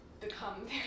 become